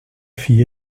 fille